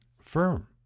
firm